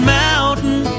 mountain